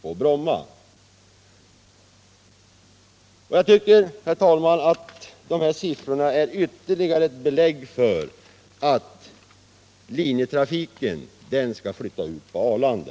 Därför, herr talman, ger dessa siffror ytterligare belägg för att linjetrafiken skall flyttas ut till Arlanda.